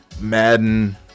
Madden